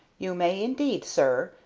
you may indeed, sir,